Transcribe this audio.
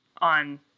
on